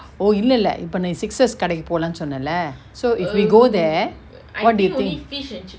oh இல்ல இல்ல இப்ப நீ:illa illa ippa nee sixers கடைக்கு போலான்னு சொன்னல:kadaiku polanu sonnala so if we go there what do you think